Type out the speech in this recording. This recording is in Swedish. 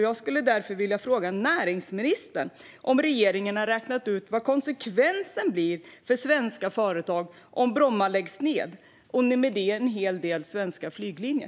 Jag frågar därför näringsministern: Har regeringen räknat på vad konsekvensen för svenska företag blir om Bromma läggs ned och med det en hel del svenska flyglinjer?